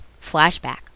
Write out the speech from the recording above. Flashback